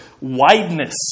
wideness